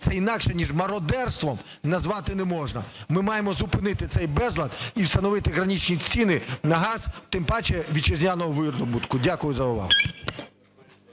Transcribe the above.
це інакше ніж мародерством назвати не можна. Ми маємо зупинити цей безлад і встановити граничні ціни на газ, тим паче вітчизняного видобутку. Дякую за увагу.